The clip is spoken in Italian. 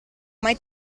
mai